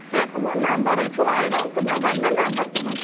ہے تُہُنٛد نمبرَے چھُ وایرَل تہٕ مےٚ بَنہِ نا نمبر تُہُنٛد